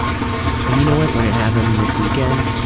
and you know what, when it happened this weekend,